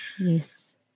Yes